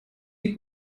die